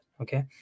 Okay